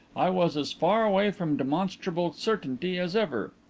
i was as far away from demonstrable certainty as ever.